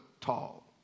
tall